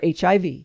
HIV